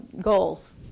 goals